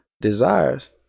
desires